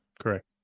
Correct